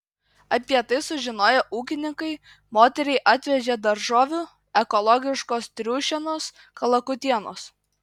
apie tai sužinoję ūkininkai moteriai atvežė daržovių ekologiškos triušienos kalakutienos